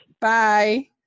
Bye